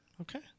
Okay